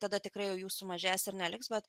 tada tikrai jų sumažės ir neliks bet